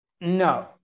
No